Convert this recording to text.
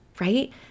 right